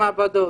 כן.